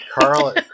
carl